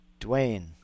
Dwayne